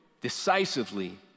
decisively